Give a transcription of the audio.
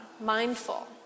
mindful